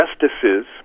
justices